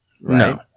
No